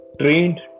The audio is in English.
trained